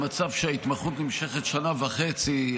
המצב שההתמחות נמשכת שנה וחצי,